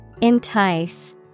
Entice